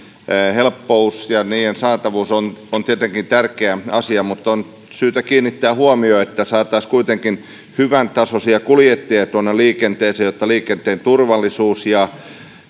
helppous ja niiden saatavuus on on tietenkin tärkeä asia on syytä kuitenkin kiinnittää huomiota siihen että saataisiin hyvätasoisia kuljettajia liikenteeseen jotta liikenteen turvallisuus ja